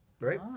Right